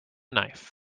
knife